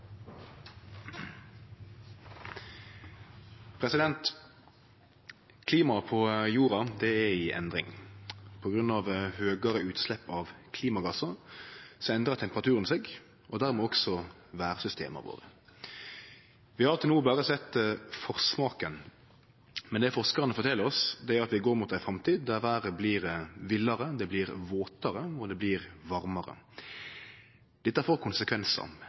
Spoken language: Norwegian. over. Klimaet på jorda er i endring. På grunn av høgare utslepp av klimagassar endrar temperaturen seg, og dermed også vêrsystema våre. Vi har til no berre sett forsmaken, men det forskarane fortel oss, er at vi går mot ei framtid der vêret blir villare. Det blir våtare, og det blir varmare. Dette får konsekvensar,